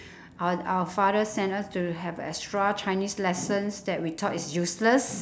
our our father send us to have extra chinese lessons that we thought is useless